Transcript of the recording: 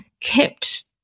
kept